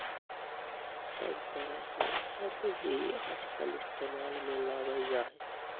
सब तरह के ऐप भी आजकल इस्तेमाल में लावल जाहई